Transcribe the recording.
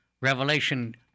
Revelation